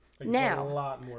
Now